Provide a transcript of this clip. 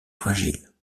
fragile